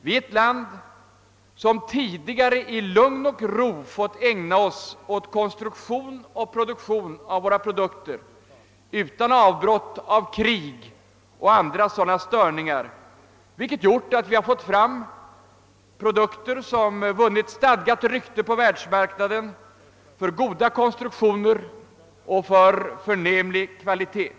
Vi bor i ett land där vi tidigare i lugn och ro har fått ägna oss åt konstruktion och produktion utan avbrott av krig eller andra störningar, vilket gjort att vi har fått fram produkter som vunnit stadgat rykte på världsmarknaden för go da konstruktioner och för förnämlig kvalitet.